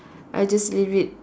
I just leave it